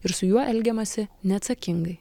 ir su juo elgiamasi neatsakingai